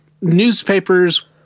newspapers